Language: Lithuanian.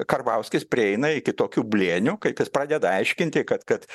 karbauskis prieina iki tokių blėnių kaip jis pradeda aiškinti kad kad